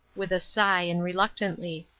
with a sigh and reluctantly.